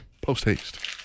post-haste